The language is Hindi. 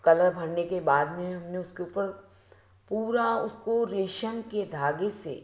कलर भरने के बाद में हमने उसको ऊपर पूरा उसको रेशम के धागे से